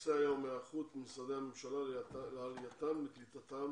הנושא שעל סדר היום הוא היערכות משרדי הממשלה לעלייתם וקליטתם